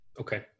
Okay